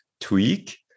tweak